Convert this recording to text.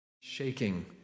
shaking